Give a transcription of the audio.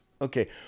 Okay